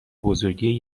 بزرگی